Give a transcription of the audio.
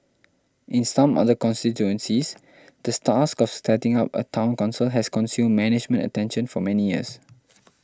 in some other constituencies the stask of setting up a Town Council has consumed management attention for many years